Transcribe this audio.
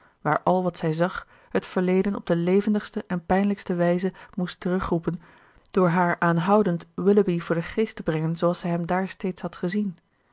waar al wat zij zag het verleden op de levendigste en pijnlijkste wijze moest terugroepen door haar aanhoudend willoughby voor den geest te brengen zooals zij hem daar steeds had gezien